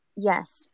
Yes